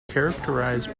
characterised